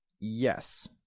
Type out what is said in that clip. Yes